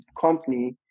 company